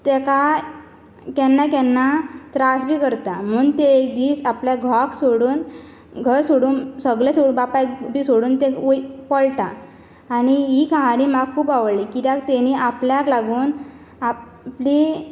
तेका केन्ना केन्ना त्रास बी करता म्हूण ते एक दीस आपल्या घोवाक सोडून घर सोडून सगळें सोडून बापायक बी सोडून ते वय पळटा आनी ही कहानी म्हाका खूब आवडली कित्याक तेंणी आपल्याक लागून आपली